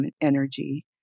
energy